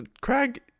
Craig